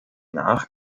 nach